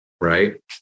right